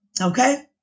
Okay